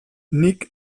nik